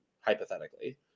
hypothetically